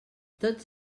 tots